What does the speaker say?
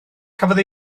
cafodd